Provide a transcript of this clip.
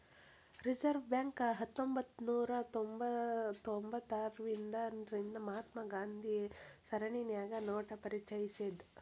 reserve bank ಹತ್ತೊಂಭತ್ನೂರಾ ತೊಭತಾರ್ರಿಂದಾ ರಿಂದ ಮಹಾತ್ಮ ಗಾಂಧಿ ಸರಣಿನ್ಯಾಗ ನೋಟ ಪರಿಚಯಿಸೇದ್